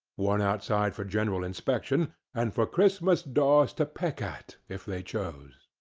worn outside for general inspection, and for christmas daws to peck at if they chose.